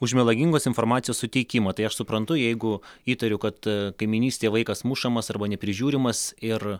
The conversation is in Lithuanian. už melagingos informacijos suteikimą tai aš suprantu jeigu įtariu kad kaimynystėj vaikas mušamas arba neprižiūrimas ir